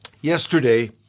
Yesterday